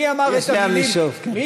יש לאן לשאוף, כן.